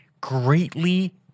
greatly